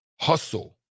Hustle